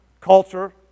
culture